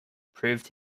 proved